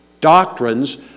doctrines